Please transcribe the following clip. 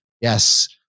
yes